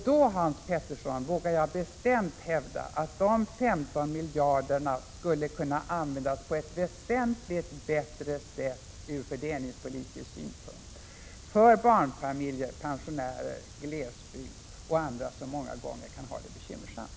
Då, Hans Petersson, vågar jag bestämt hävda att de 15 miljarderna skulle kunna användas på ett väsentligt bättre sätt ur fördelningspolitisk synpunkt för barnfamiljer, pensionärer, glesbygdsbor och andra som många gånger kan ha det bekymmersamt.